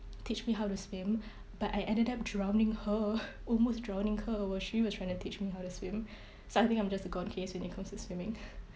teach me how to swim but I ended up drowning her almost drowning her while she was trying to teach me how to swim so I think I'm just a gone case when it comes to swimming